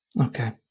Okay